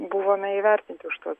buvome įvertinti už tuos